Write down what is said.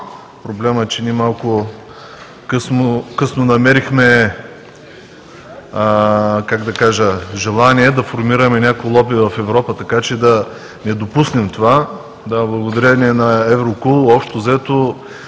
Проблемът е, че ние малко късно намерихме желание да формираме някакво лоби в Европа така, че да не допуснем това. Благодарение на ЕВРОКОЛ общо взето